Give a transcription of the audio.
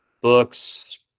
books